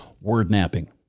word-napping